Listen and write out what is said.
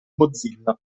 mozilla